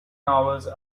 novels